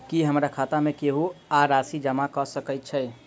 की हमरा खाता मे केहू आ राशि जमा कऽ सकय छई?